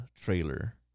trailer